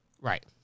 Right